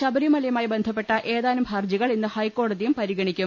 ശബരിമലയുമായി ബന്ധപ്പെട്ട ഏതാനും ഹർജികൾ ഇന്ന് ഹൈക്കോടതിയും പരിഗണിക്കും